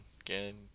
again